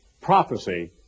prophecy